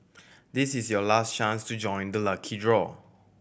this is your last chance to join the lucky draw